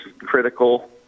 critical